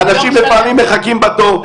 אנשים לפעמים מחכים בתור.